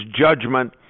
judgment